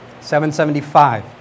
775